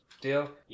deal